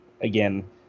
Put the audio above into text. again